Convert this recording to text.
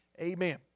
Amen